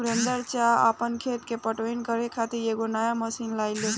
सुरेंदर चा आपन खेत के पटवनी करे खातिर एगो नया मशीन लाइल बाड़न